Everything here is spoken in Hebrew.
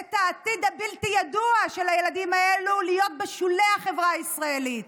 את העתיד הבלתי-ידוע של הילדים הללו להיות בשולי החברה הישראלית.